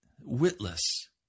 witless